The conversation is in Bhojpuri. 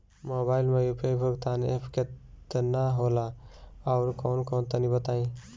मोबाइल म यू.पी.आई भुगतान एप केतना होला आउरकौन कौन तनि बतावा?